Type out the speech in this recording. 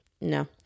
no